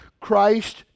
Christ